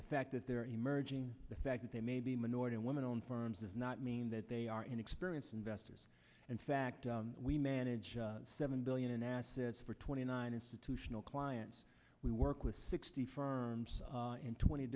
the fact that they're emerging the fact that they may be a minority woman on firms does not mean that they are inexperienced investors and fact we manage seven billion in assets for twenty nine institutional clients we work with sixty firms in twenty